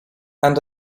and